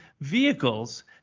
vehicles